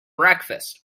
breakfast